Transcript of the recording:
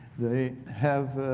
they have